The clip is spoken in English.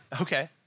Okay